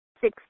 six